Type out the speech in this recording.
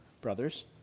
brothers